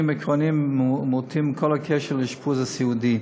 עקרוניים ומהותיים בכל הקשור לאשפוז הסיעודי.